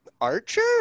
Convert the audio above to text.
Archer